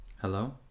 hello